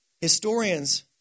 Historians